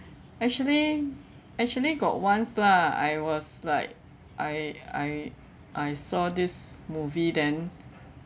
actually actually got once lah I was like I I I saw this movie then